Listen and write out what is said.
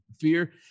fear